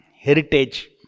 heritage